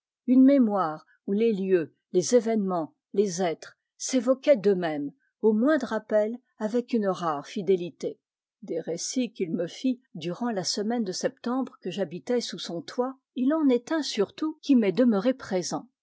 une mémoire où les lieux les événements les êtres s'évoquaient d'eux mêmes au moindre appel avec une rare fidélité des récits qu'il me fit durant la semaine de septembre que j'habitai sous son toit il en est un surtout qui m'est demeuré présent